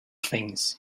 things